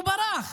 ברח.